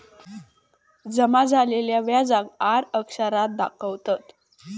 जमा झालेल्या व्याजाक आर अक्षरात दाखवतत